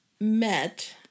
met